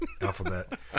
alphabet